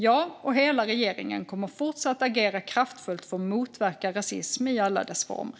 Jag och hela regeringen kommer fortsatt att agera kraftfullt för att motverka rasism i alla dess former.